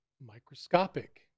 microscopic